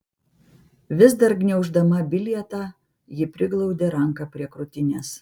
vis dar gniauždama bilietą ji priglaudė ranką prie krūtinės